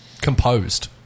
composed